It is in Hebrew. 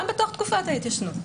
גם בתוך תקופת ההתיישנות,